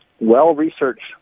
well-researched